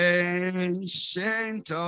ancient